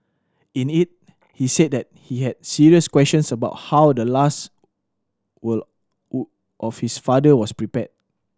in it he said that he had serious questions about how the last will of his father was prepared